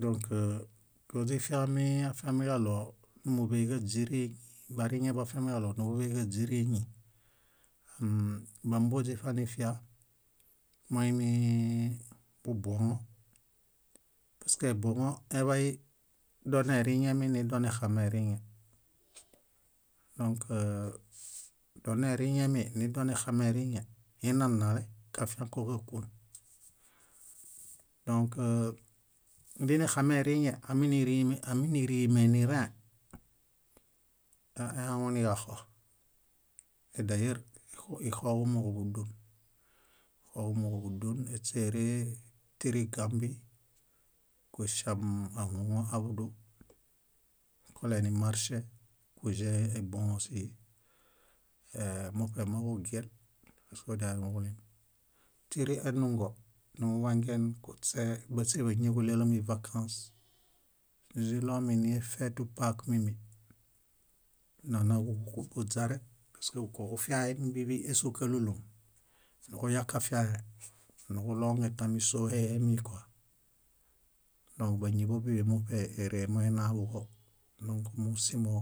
Dõk koźifiami afiamiġaɭo númuḃeġaźirieñi- bariŋeboafiamiġaɭo númuḃeġaźirieñi, bámbon źifanifia moimiii bubuoŋo paske eboŋo eḃay doneriŋemi nidonexameriŋe. Dõk doneriŋemi nidonexameriŋe inanale kafiãko kákuon. Dõk dinexameriŋe áminirime nirẽhe ã ehaŋuniġaxo. Édayar ixoġumooġo búdun, ixoġumooġo búdun éśeretiri gambi kuŝam áhuoŋo aḃudu kolenimarŝe kuĵehe iboŋo síhi ee- muṗe moġugel esiġudialenuġulim. Tíri enungo, numuḃangeẽġuśe báśeḃañiġuɭelomi vakãs, źiɭominifetupak mími, nónoġuhu buźare, paske bukoġufiahemi bíḃi ésukalulum, nuġuyakafiãhe nuġuɭongetami tami sóhehemi kua, dõk bíḃi muṗe ére menaḃuġo. Dõk mómusimo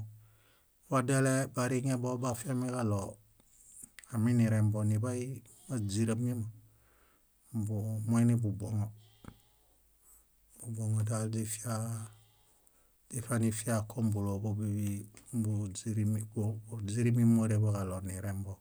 wadelebariŋebo boafiamiġaɭo aminirembo niḃay máźiramiama boŋo moiniḃubuoŋo. Bubuoŋo dal źifiaa źiṗanifia kom búloḃobiḃi núḃuźirimi búźirimimoreḃoġaɭo nirembo.